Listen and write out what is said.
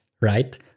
right